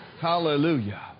Hallelujah